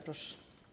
Proszę.